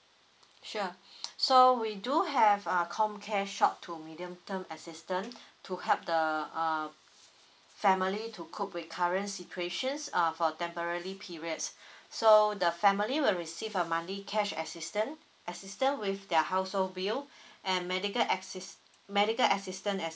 sure so we do have uh comcare short to medium term assistance to help the uh family to cope with current situations err for temporary periods so the family will receive a monthly cash assistance assistance with their household bill and medical assist medical assistance as